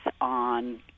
on